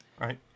Right